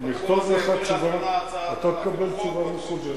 הצעת חוק,